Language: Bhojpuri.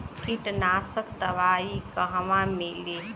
कीटनाशक दवाई कहवा मिली?